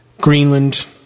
Greenland